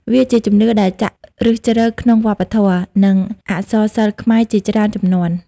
វាជាជំនឿដែលចាក់ឫសជ្រៅក្នុងវប្បធម៌ និងអក្សរសិល្ប៍ខ្មែរជាច្រើនជំនាន់។